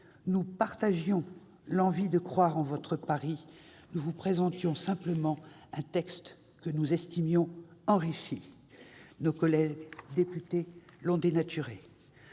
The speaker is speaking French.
Nous partagions l'envie de croire en votre pari, nous vous présentions simplement un texte que nous estimions enrichi. Nos collègues députés l'ont dénaturé.